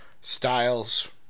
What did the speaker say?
Styles